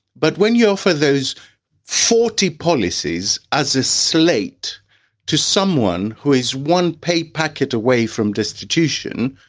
but when you go for those forty policies as a slate to someone who has one pay packet away from destitution,